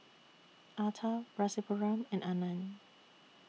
Atal Rasipuram and Anand